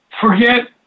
forget